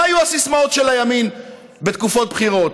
מה היו הסיסמאות של הימין בתקופות בחירות?